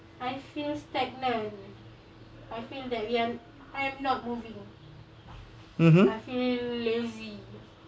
mmhmm